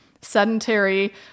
sedentary